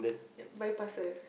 bypasser